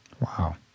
Wow